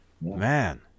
Man